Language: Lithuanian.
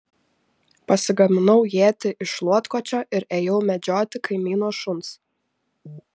pasigaminau ietį iš šluotkočio ir ėjau medžioti kaimyno šuns